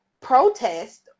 protest